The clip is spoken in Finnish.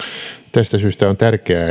tästä syystä on tärkeää